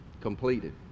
completed